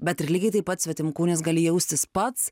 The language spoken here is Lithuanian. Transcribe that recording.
bet ir lygiai taip pat svetimkūnis gali jaustis pats